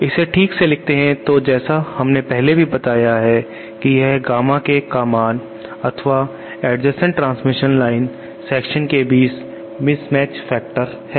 इसे ठीक से लिखते हैं तो जैसा हमने पहले भी बताया है कि यह गामा K का मान अथवा आसन एडजसेन्ट ट्रांसमिशन लाइन सेक्शन के बीच मिसमैच फैक्टर है